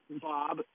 Bob